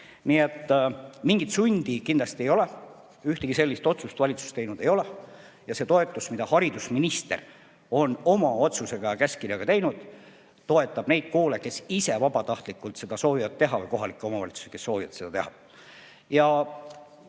Nii et mingit sundi kindlasti ei ole, ühtegi sellist otsust valitsus teinud ei ole. See toetus, mida haridusminister on oma otsusega, käskkirjaga pakkunud, toetab neid koole, kes ise vabatahtlikult seda soovivad teha, või kohalikke omavalitsusi, kes soovivad seda teha. Mina